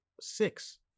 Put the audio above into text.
six